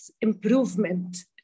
improvement